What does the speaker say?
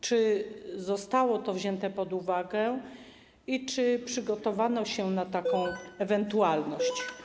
Czy zostało to wzięte pod uwagę i czy przygotowano się na taką ewentualność?